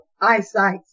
eyesight